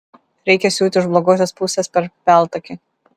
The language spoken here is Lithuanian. reikia siūti iš blogosios pusės per peltakį